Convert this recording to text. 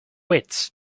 wits